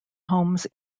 homes